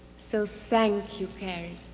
so thank you, cary,